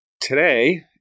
Today